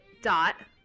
dot